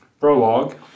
Prologue